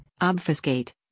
obfuscate